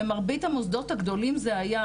במרבית המוסדות הגדולים זה היה,